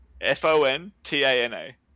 F-O-N-T-A-N-A